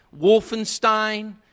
Wolfenstein